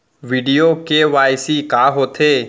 video KYC का होथे